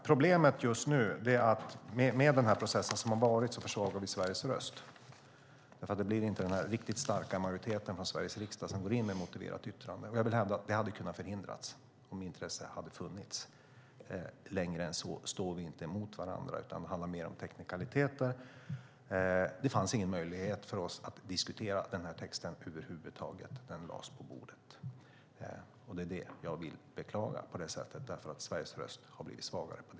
Problemet just nu är att med den process som har rått försvagas Sveriges röst. Det blir inte den riktigt starka majoriteten från Sveriges riksdag som lämnar ett motiverat yttrande. Det hade kunnat förhindras om intresset hade funnits. Längre än så står vi inte mot varandra utan det handlar mer om teknikaliteter. Det fanns ingen möjlighet för oss att diskutera texten över huvud taget. Den lades på bordet. Det är vad jag vill beklaga. Sveriges röst har blivit svagare.